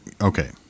okay